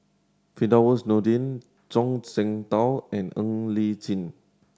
Firdaus Nordin Zhuang Shengtao and Ng Li Chin